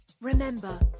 Remember